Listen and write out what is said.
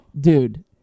Dude